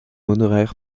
honoraire